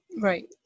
right